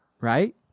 right